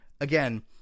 again